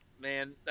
man